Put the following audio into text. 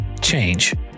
change